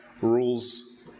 rules